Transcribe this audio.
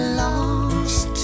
lost